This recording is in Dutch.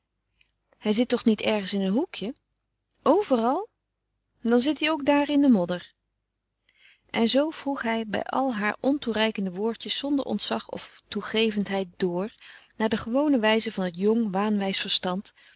hij zit toch niet ergens in een hoekje overal dan zit hij ook daar in den modder en zoo vroeg hij bij al haar ontoereikende woordjes zonder ontzag of toegevendheid dr naar de gewone wijze van het jong waanwijs verstand